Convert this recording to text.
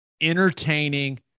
entertaining